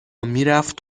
میرفت